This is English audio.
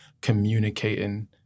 communicating